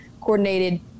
coordinated